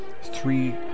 three